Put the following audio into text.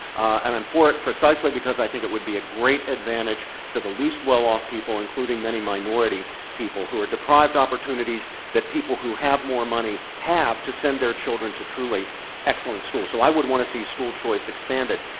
and i'm for it precisely because i think it would be a great advantage to the least well-off people, including many minority people who are deprived opportunities that people who have more money have to send their children to truly excellent schools. so, i would want to see school choice expanded.